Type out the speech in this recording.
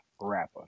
rapper